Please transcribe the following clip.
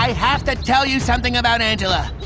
have to tell you something about angela.